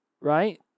right